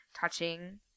touching